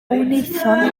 wnaethon